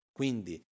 quindi